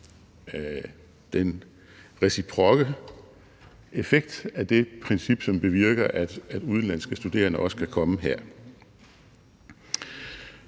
den reciprokke effekt af det princip, som bevirker, at udenlandske studerende også kan komme her.